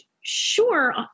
sure